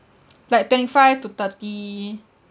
like twenty five to thirty